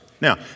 Now